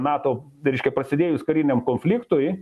nato reiškia prasidėjus kariniam konfliktui